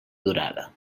durada